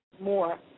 More